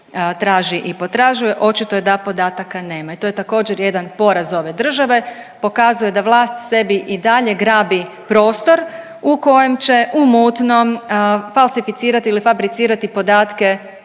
traži i potražuje. Očito je da podataka nema. I to je također jedan poraz ove države, pokazuje da vlast sebi i dalje grabi prostor u kojem će u mutnom falsificirati ili fabricirati podatke